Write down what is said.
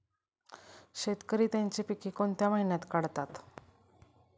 शेतकरी त्यांची पीके कोणत्या महिन्यात काढतात?